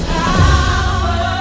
power